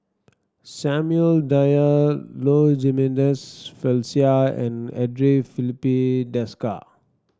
Samuel Dyer Low Jimenez Felicia and Andre Filipe Desker